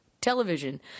television